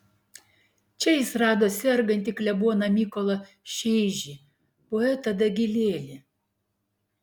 čia jis rado sergantį kleboną mykolą šeižį poetą dagilėlį